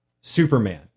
Superman